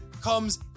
comes